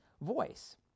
voice